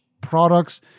products